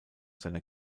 seiner